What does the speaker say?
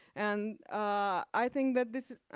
and i think that this is,